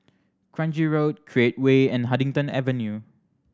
Kranji Road Create Way and Huddington Avenue